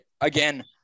Again